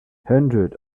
hundreds